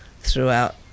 throughout